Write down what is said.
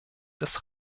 des